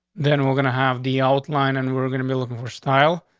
then we're gonna have the outline, and we're gonna be looking for style.